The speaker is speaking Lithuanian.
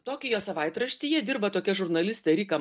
tokijo savaitraštyje dirba tokia žurnalistė rika